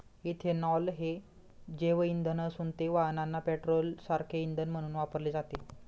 ethanol हे जैवइंधन असून ते वाहनांना पेट्रोलसारखे इंधन म्हणून वापरले जाते